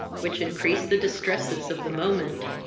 which increased the distresses of the moment.